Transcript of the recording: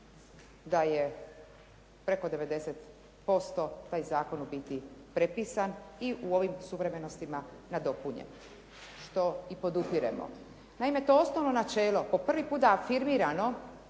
da je preko 90% taj zakon u biti prepisan i u ovim suvremenostima nadopunjen što i podupiremo. Naime to osnovno načelo po prvi puta afirmirano